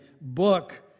book